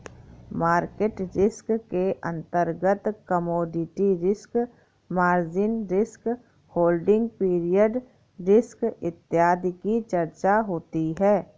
market risk के अंतर्गत commodity risk, margin risk, holding period risk इत्यादि की चर्चा होती है